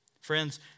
Friends